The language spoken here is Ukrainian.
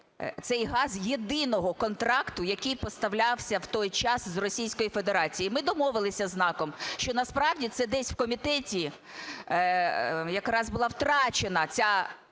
цей газ єдиного контракту, який поставлявся в той час з Російської Федерації. І ми домовилися з НАКом, що насправді це десь в комітеті якраз була втрачена ця